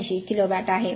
085 kilowatt आहे